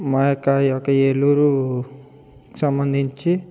మా యొక్క ఈ యొక్క ఏలూరు సంబంధించి